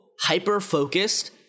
hyper-focused